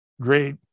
great